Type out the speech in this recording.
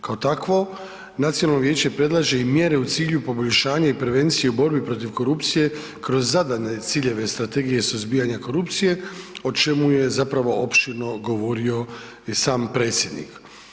Kao takvo nacionalno vijeće predlaže i mjere u cilju poboljšanja i prevencije u borbi protiv korupcije kroz zadane ciljeve strategije suzbijanja korupcije o čemu je zapravo opširno govorio i sam predsjednik.